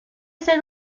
ser